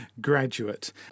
graduate